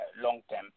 long-term